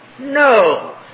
No